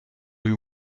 you